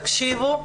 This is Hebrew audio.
תקשיבו,